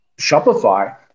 Shopify